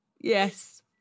Yes